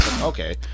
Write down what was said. okay